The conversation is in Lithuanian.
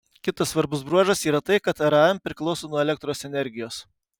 kitas svarbus bruožas yra tai kad ram priklauso nuo elektros energijos